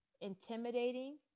intimidating